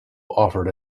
offered